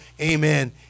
amen